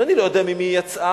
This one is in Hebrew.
שאני לא יודע ממי היא יצאה: